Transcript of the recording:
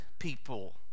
people